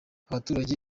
abaturage